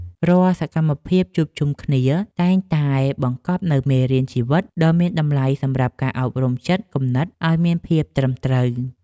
រាល់សកម្មភាពជួបជុំគ្នាតែងតែបង្កប់នូវមេរៀនជីវិតដ៏មានតម្លៃសម្រាប់ការអប់រំចិត្តគំនិតឱ្យមានភាពត្រឹមត្រូវ។